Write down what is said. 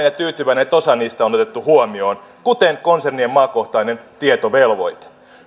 ja tyytyväinen että osa niistä on on otettu huomioon kuten konsernien maakohtainen tietovelvoite